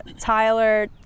Tyler